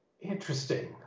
interesting